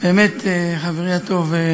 באמת חברי הטוב,